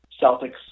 Celtics